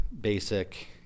basic